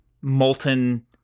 molten